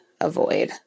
avoid